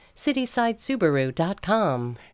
citysidesubaru.com